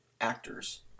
actors